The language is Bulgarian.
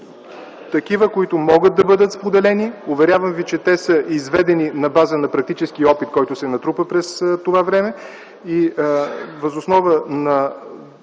такива, които могат да бъдат споделени. Уверявам ви, че те са изведени на база на практическия опит, който се натрупа през това време.